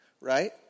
right